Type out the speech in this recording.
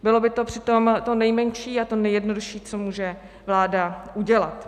Bylo by to přitom to nejmenší a to nejjednodušší, co může vláda udělat.